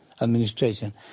administration